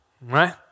Right